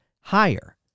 higher